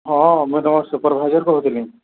ହଁ ମୁଇଁ ତମର୍ ସୁପର୍ଭାଇଜର୍ କହୁଥିଲି